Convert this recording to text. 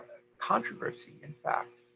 controversy in fact.